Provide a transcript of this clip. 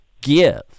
give